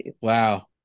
Wow